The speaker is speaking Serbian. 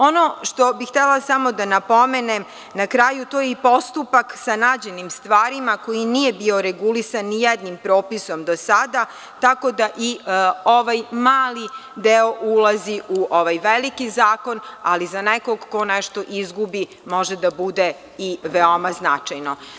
Ono što bih htela da napomenem na kraju, to je i postupak sa nađenim stvarima, koji nije bio regulisan nijednim propisom do sada, tako da i ovaj mali deo ulazi u ovaj veliki zakon, ali za nekog ko nešto izgubi, može da bude i veoma značajno.